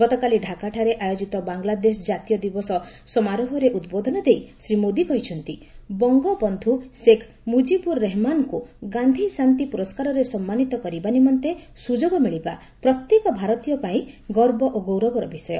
ଗତକାଲି ଢାକାଠାରେ ଆୟୋଜିତ ବାଂଲାଦେଶ ଜାତୀୟ ଦିବସ ସମାରୋହରେ ଉଦ୍ବୋଧନ ଦେଇ ଶ୍ରୀ ମୋଦୀ କହିଛନ୍ତି ବଙ୍ଗ ବନ୍ଧ୍ର ଶେଖ ମୁଜିବୂର ରେହେମାନଙ୍କୁ ଗାନ୍ଧୀ ଶାନ୍ତି ପ୍ରରସ୍କାରରେ ସମ୍ମାନୀତ କରିବା ନିମନ୍ତେ ସୁଯୋଗ ମିଳିବା ପ୍ରତ୍ୟେକ ଭାରତୀୟ ପାଇଁ ଗର୍ବ ଓ ଗୌରବର ବିଷୟ